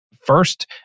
first